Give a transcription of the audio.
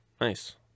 Nice